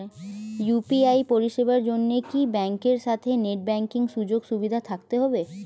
UPI পরিষেবার জন্য কি ব্যাংকের সাথে নেট ব্যাঙ্কিং সুযোগ সুবিধা থাকতে হবে?